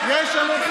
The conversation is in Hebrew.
יש לנו פה